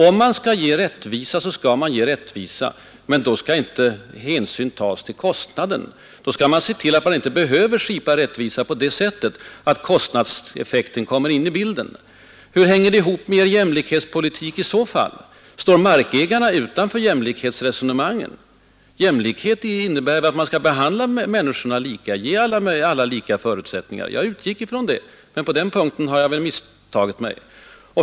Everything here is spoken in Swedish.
Om man skall ge rättvisa skall man göra det utan att ta hänsyn till kostnaden. Man kan inte sätta ett pris på rättvisan eller en övre gräns för den. Hur hänger det i annat fall ihop med er jämlikhetspolitik? Står markägarna utanför jämlikhetsresonemanget? Jämlikhet innebär väl att alla människor skall behandlas lika, alla ges lika förutsättningar. Jag utgick från det, men på den punkten har jag tydligen misstagit mig.